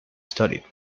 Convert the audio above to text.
studied